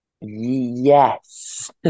Yes